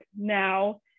now